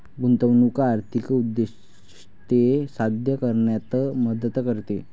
गुंतवणूक आर्थिक उद्दिष्टे साध्य करण्यात मदत करते